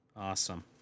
Awesome